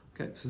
Okay